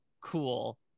cool